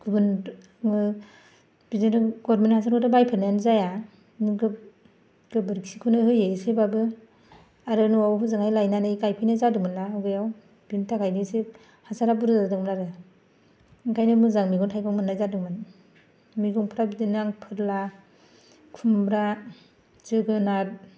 गुबुन बिदिनो गभरमेन्ट हासारखौथ' बायफेरनायनो जाया गोबोरखिखौनो होयो एसेबाबो आरो नआवबो होजोंहाय लायनानै गायफैनाय जादोंमोन ना बेयाव बेनि थाखायबो एसे हासारा बुरजा जोदोंमोन आरो ओंखायनो मोजां मैगं थायगं मोननाय जादोंमोन मैगंफ्रा बिदिनो आं फोरला खुम्ब्रा जोगोनार